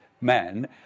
men